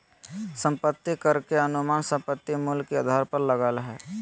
संपत्ति कर के अनुमान संपत्ति मूल्य के आधार पर लगय हइ